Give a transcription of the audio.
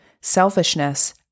Selfishness